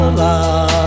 love